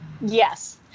yes